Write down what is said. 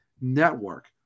network